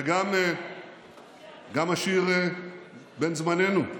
וגם השיר בן זמננו: